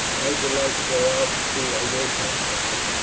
i should like to go out to see a wolf hunt, beric.